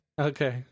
Okay